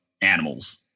animals